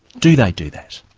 do they do that?